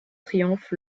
triomphe